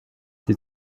die